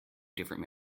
different